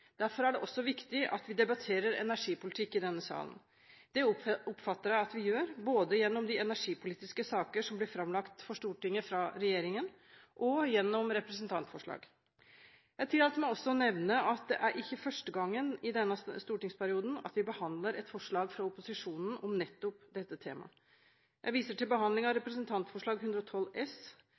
Derfor er det også viktig at vi debatterer energipolitikk i denne salen. Det oppfatter jeg at vi gjør, både gjennom de energipolitiske saker som blir framlagt for Stortinget fra regjeringen, og gjennom representantforslag. Jeg tillater meg også å nevne at det er ikke første gangen i denne stortingsperioden at vi behandler et forslag fra opposisjonen om nettopp dette temaet. Jeg viser til behandlingen av Representantforslag 112 S